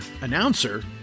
Announcer